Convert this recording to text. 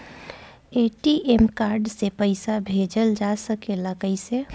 ATM card से पइसा भेजल जा सकेला कइसे?